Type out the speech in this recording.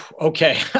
Okay